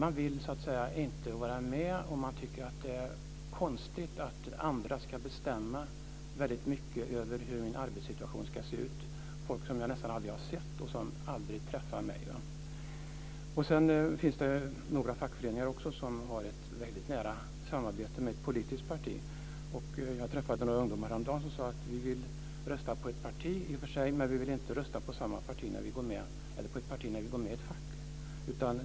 De vill inte vara med och tycker att det är konstigt att andra ska bestämma väldigt mycket över hur deras arbetssituationen ska se ut - folk som de nästan aldrig har sett och som de aldrig träffar själva. Det finns också fackföreningar som har ett väldigt nära samarbete med ett politiskt parti. Jag träffade häromdagen några ungdomar som sade att de i och för sig vill rösta på ett parti men inte vill göra det när de går in i ett fack.